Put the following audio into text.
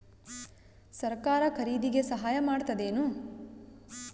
ಸರಕಾರ ಖರೀದಿಗೆ ಸಹಾಯ ಮಾಡ್ತದೇನು?